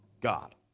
God